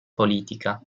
politica